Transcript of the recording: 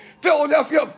Philadelphia